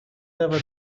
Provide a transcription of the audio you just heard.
never